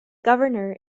governor